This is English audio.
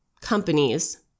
companies